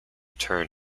turn